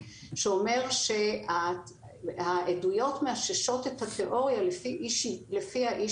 שאומר שהעדויות מאששות את התיאוריה שלפיה אי